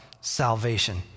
salvation